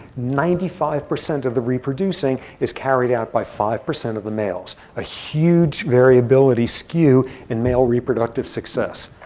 ninety five percent of the reproducing is carried out by five percent of the males. a huge variability skew in male reproductive success.